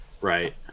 Right